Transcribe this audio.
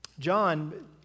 John